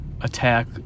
attack